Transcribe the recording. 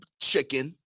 chicken